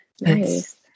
Nice